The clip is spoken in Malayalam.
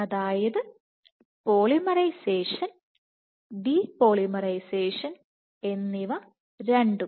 അതായത് പോളിമറൈസേഷൻ ഡി പോളിമറൈസേഷൻ എന്നിവ രണ്ടും